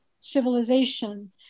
civilization